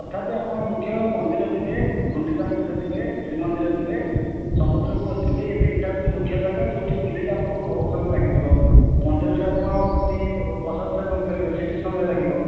ତଥାପି ଆପଣ ମୁଖ୍ୟ ମନ୍ଦିର ଯିବେ ଗୁଣ୍ଡିଚା ମନ୍ଦିର ଯିବେ ଶ୍ରୀ ମନ୍ଦିର ଯିବେ ସମୁଦ୍ର କୁଳ ଯିବେ ଏ ତିନିଟା ହେଉଛି ମୁଖ୍ୟ ଜାଗା ଯେଉଁଠି ବୁଲିଲେ ଆପଣଙ୍କୁ ବହୁତ ସମୟ ଲାଗିଯିବ ମନ୍ଦିରରେ ଆପଣ ପୁଣି ପ୍ରସାଦ ସେବନ କରିବେ ସେଠି ସମୟ ଲାଗିବ